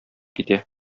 китә